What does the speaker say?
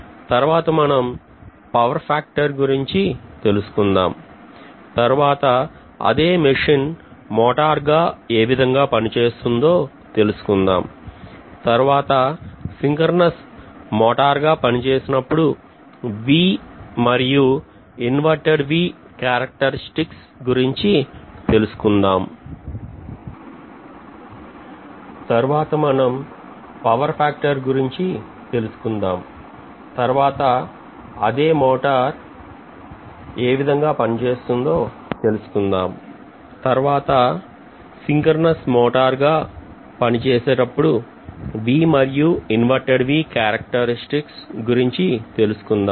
తర్వాత మనం power factor గురించి తెలుసుకుందాం తర్వాత అదే మెషిన్ మోటార్ గా ఏ విధంగా పని చేస్తుందో తెలుసుకుందాం తర్వాత synchronous మోటార్ గా పని చేసేటప్పుడు V మరియు inverted V characteristics గురించి తెలుసుకుందాం